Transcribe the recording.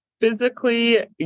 physically